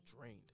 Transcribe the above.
drained